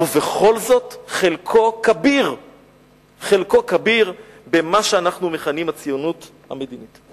ובכל זאת חלקו כביר במה שאנחנו מכנים הציונות המדינית.